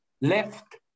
left